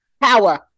power